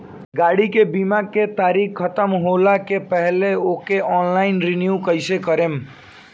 गाड़ी के बीमा के तारीक ख़तम होला के पहिले ओके ऑनलाइन रिन्यू कईसे करेम?